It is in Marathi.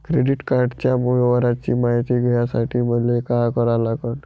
क्रेडिट कार्डाच्या व्यवहाराची मायती घ्यासाठी मले का करा लागन?